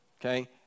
Okay